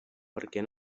perquè